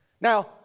Now